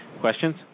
Questions